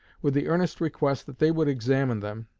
with the earnest request that they would examine them,